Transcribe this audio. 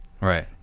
right